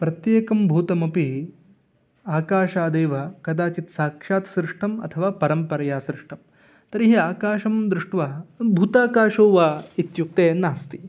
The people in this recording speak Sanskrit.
प्रत्येकं भूतमपि आकाशादेव कदाचित् साक्षात् सृष्टम् अथवा परम्परया सृष्टं तर्हि आकाशं दृष्ट्वा भूताकाशो वा इत्युक्ते नास्ति